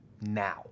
now